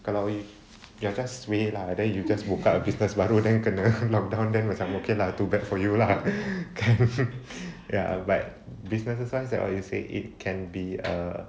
kalau you are just suay lah then you just buka business baru then kena lockdown then macam okay lah too bad for you lah but businesses wise like you said it can be a